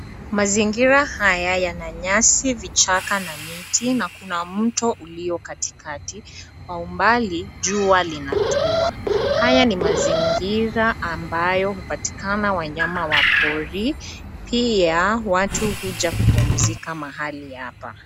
Mazingira haya yana nyasi, vichaka, na miti, na kuna mto ulio katikati. Kwa umbali jua linatua. Haya ni mazingira ambayo hupatikana wanyama wa pori, pia watu huja kupumzika mahali hapa.